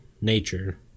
Nature